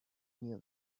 knew